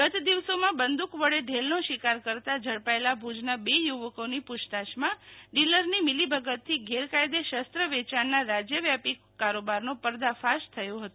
ગત દિવસોમાં બંદૂક વડે ઢેલનો શિકાર કરતા ઝડપાયેલા ભુજના બે યુવકોની પૂછતાછમાં ડિલરની મિલિભગતથી ગેરકાયદે શસ્ત્ર વેચાણના રાજ્યવ્યાપી કારોબારનો પર્દાફાશ થયો હતો